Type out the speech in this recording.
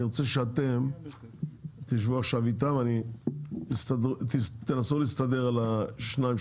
אני רוצה שאתם תשבו עכשיו איתם ותנסו להסתדר על השתיים,